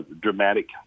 dramatic